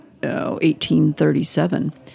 1837